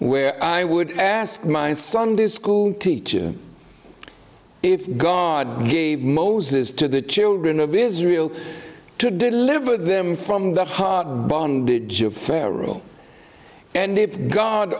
where i would ask my sunday school teacher if god gave moses to the children of israel to deliver them from the heart bondage of fair rule and if god